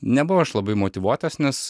nebuvau aš labai motyvuotas nes